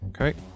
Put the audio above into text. Okay